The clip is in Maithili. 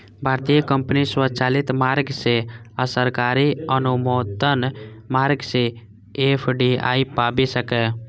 भारतीय कंपनी स्वचालित मार्ग सं आ सरकारी अनुमोदन मार्ग सं एफ.डी.आई पाबि सकैए